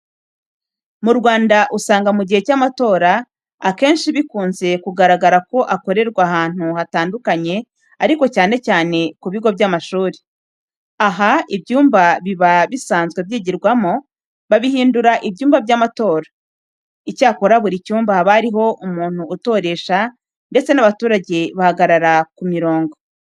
Mu Rwanda usanga mu gihe cy'amatora, akenshi bikunze kugaragara ko akorerwa ahantu hatandukanye ariko cyane cyane ku bigo by'amasuri. Aha, ibyumba biba bisanzwe byigirwamo babihindura ibyumba by'amatora. Icyakora kuri buri cyumba haba hariho umuntu utoresha ndetse n'abaturage bagahagarara ku mirongo.